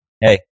Hey